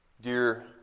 Dear